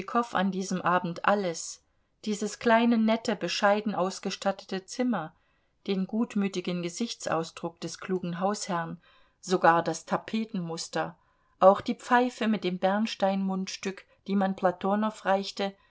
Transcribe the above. an diesem abend alles dieses kleine nette bescheiden ausgestattete zimmer den gutmütigen gesichtsausdruck des klugen hausherrn sogar das tapetenmuster auch die pfeife mit dem bernsteinmundstück die man platonow reichte